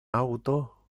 auto